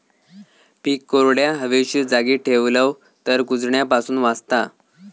पीक कोरड्या, हवेशीर जागी ठेवलव तर कुजण्यापासून वाचता